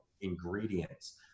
ingredients